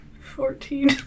Fourteen